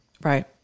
right